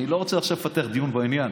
אני לא רוצה עכשיו לפתח דיון בעניין.